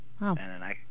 Wow